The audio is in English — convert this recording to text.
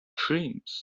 dreams